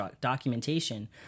documentation